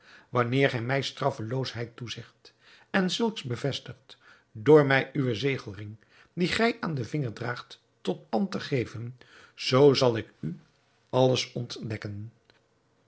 wanneer gij mij straffeloosheid toezegt en zulks bevestigt door mij uwen zegelring dien gij aan den vinger draagt tot pand te geven zoo zal ik u alles ontdekken